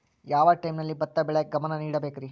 ಯಾವ್ ಟೈಮಲ್ಲಿ ಭತ್ತ ಬೆಳಿಯಾಕ ಗಮನ ನೇಡಬೇಕ್ರೇ?